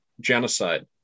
genocide